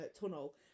tunnel